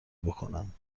بکنم